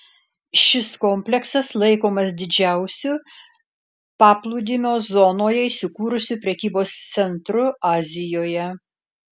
šis kompleksas laikomas didžiausiu paplūdimio zonoje įsikūrusiu prekybos centru azijoje